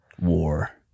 War